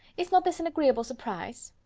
is not this an agreeable surprise?